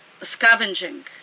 scavenging